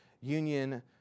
union